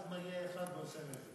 ואז מגיע אחד ועושה נזק.